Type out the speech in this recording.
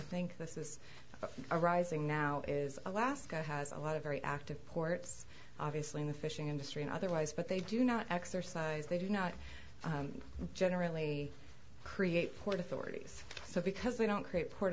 think this is arising now is alaska has a lot of very active ports obviously in the fishing industry and otherwise but they do not exercise they do not generally create port authorities so because we don't create port